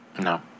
No